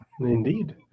Indeed